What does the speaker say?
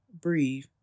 breathe